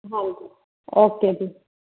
ਹਾਂਜੀ ਓਕੇ ਜੀ